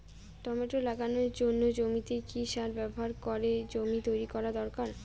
Tomato লাগানোর জন্য জমিতে কি সার ব্যবহার করে জমি তৈরি করা দরকার?